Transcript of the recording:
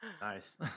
Nice